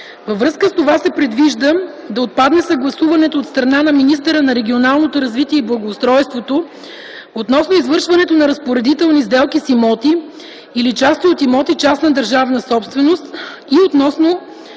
Във връзка с това се предвижда да отпадне съгласуването от страна на министъра на регионалното развитие и благоустройството относно извършването на разпоредителни сделки с имоти или части от имоти - частна държавна собственост, и относно